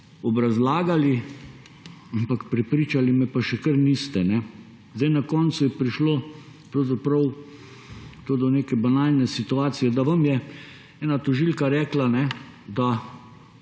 obrazlagali, ampak prepričali me pa še kar niste. Zdaj na koncu je prišlo pravzaprav do neke banalne situacije, da vam je ena tožilka rekla, da